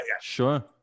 Sure